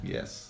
Yes